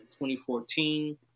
2014